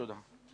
תודה.